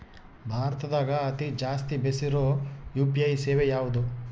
ಭಾರತದಗ ಅತಿ ಜಾಸ್ತಿ ಬೆಸಿರೊ ಯು.ಪಿ.ಐ ಸೇವೆ ಯಾವ್ದು?